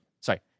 sorry